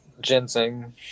ginseng